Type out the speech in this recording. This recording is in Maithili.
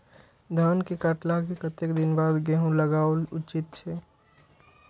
धान के काटला के कतेक दिन बाद गैहूं लागाओल उचित छे?